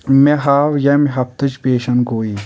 مے ہاو ییمہِ ہفتٕچ پیشن گویی